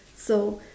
so